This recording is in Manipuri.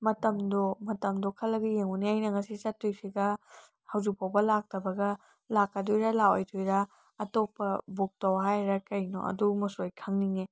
ꯃꯇꯝꯗꯣ ꯃꯇꯝꯗꯣ ꯈꯜꯂꯒ ꯌꯦꯡꯉꯨꯅꯦ ꯑꯩꯅ ꯉꯁꯤ ꯆꯠꯇꯣꯏꯁꯤꯒ ꯍꯧꯖꯤꯛꯐꯥꯎꯕ ꯂꯥꯛꯇꯕꯒ ꯂꯥꯛꯀꯗꯣꯏꯔ ꯂꯥꯛꯑꯣꯏꯗꯨꯏꯔ ꯑꯇꯣꯞꯄ ꯕꯨꯛ ꯇꯧ ꯍꯥꯏꯔ ꯀꯩꯅꯣ ꯑꯗꯨꯃꯁꯨ ꯑꯩ ꯈꯪꯅꯤꯡꯉꯦ